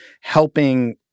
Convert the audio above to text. helping